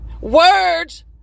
Words